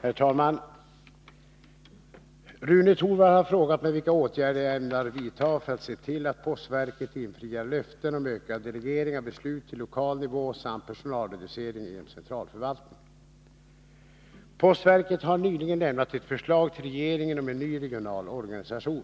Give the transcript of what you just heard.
Herr talman! Rune Torwald har frågat mig vilka åtgärder jag ämnar vidta för att se till att postverket infriar löften om ökad delegering av beslut till lokal nivå samt personalreduceringar inom centralförvaltningen. Postverket har nyligen lämnat ett förslag till regeringen om en ny regional organisation.